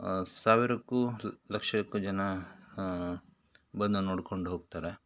ಸಾವಿರಕ್ಕೂ ಲಕ್ಷಕ್ಕೂ ಜನ ಬಂದು ನೋಡ್ಕೊಂಡು ಹೋಗ್ತಾರೆ